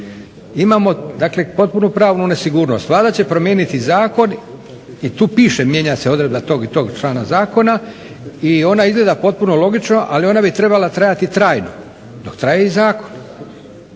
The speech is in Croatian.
Imamo potpunu pravnu nesigurnost, Vlada će promijeniti zakon i tu piše mijenja se odredba tog i toga člana zakona i ona izgleda potpuno logično, ali bi ona trebala trajati trajno dok traje i zakon.